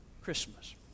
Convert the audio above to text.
Christmas